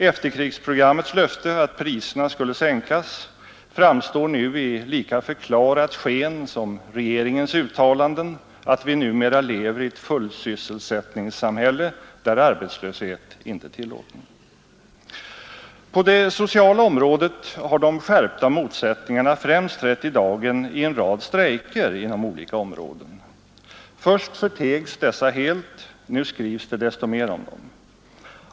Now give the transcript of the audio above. Efterkrigsprogrammets löfte att priserna skulle sänkas framstår nu i lika förklarat sken som regeringens uttalanden att vi numera lever i ett fullsysselsättningssamhälle, där arbetslöshet inte är tillåten. På det sociala området har de skärpta motsättningarna främst trätt i dagen i en rad strejker inom olika områden. Först förtegs dessa helt, nu skrivs det desto mer om dem.